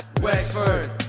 Wexford